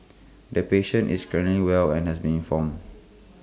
the patient is currently well and has been informed